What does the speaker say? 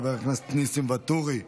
חבר הכנסת ניסים ואטורי,